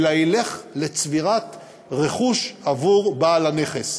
אלא ילך לצבירת רכוש עבור בעל הנכס.